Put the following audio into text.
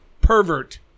pervert